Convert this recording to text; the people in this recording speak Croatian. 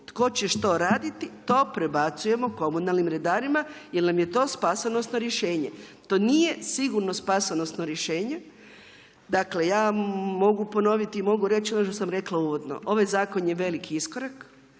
tko će što raditi, to prebacujemo komunalnim redarima jer nam je to spasonosno rješenje. To nije sigurno spasonosno rješenje. Dakle, ja mogu ponoviti i mogu reći ono što sam rekla uvodno. Ovaj zakon je veliki iskorak.